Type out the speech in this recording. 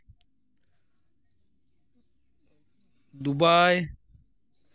Dubai